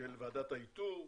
ועדת האיתור,